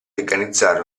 organizzare